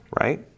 right